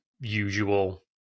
usual